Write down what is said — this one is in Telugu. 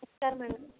నమస్కారం మేడం